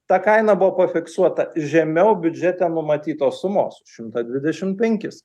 ta kaina buvo pafiksuota žemiau biudžete numatytos sumos šimtą dvidešim penkis